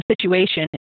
situation